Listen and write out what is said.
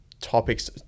topics